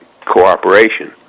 cooperation